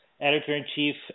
Editor-in-Chief